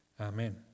Amen